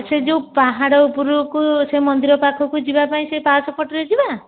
ସେ ଯେଉଁ ପାହାଡ଼ ଉପରକୁ ସେହି ମନ୍ଦିର ପାଖକୁ ଯିବା ପାଇଁ ସେ ପାହାଚ ପଟରୁ ଯିବା